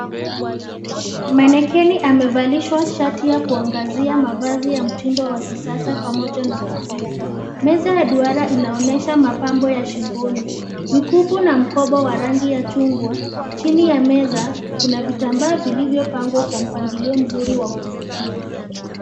Manikeni amevalishwa shati ya kuangazia mavazi ya mtindo wa kisasa pamoja na kofia. Meza ya duara inaonyesha mapambo ya shingoni. Mikufu na mkoba wa rangi ya chungwa. Chini ya meza kuna vitambaa vilivyopangwa kwa mpangilio mzuri wa kuvutia.